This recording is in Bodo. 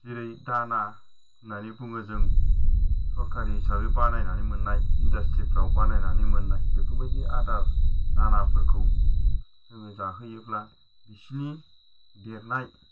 जेरै दाना होननानै बुङो जों सरखारि हिसाबै बानायनानै मोननाय इन्डास्ट्रिफ्राव बानायनानै मोननाय बेफोरबायदि आदार दानाफोरखौ जोङो जाहोयोब्ला बिसिनि देरनाय